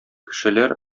кешеләр